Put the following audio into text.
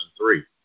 2003